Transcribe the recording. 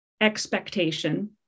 expectation